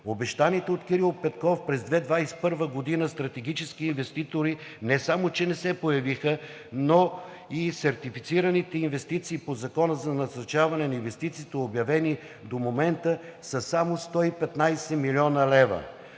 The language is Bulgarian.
Обещаните от Кирил Петков през 2021 г. стратегически инвеститори не само че не се появиха, но и сертифицираните инвестиции по Закона за насърчаване на инвестициите, обявени до момента, са само 115 млн. лв.